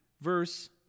verse